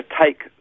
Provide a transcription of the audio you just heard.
take